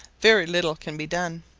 very little can be done.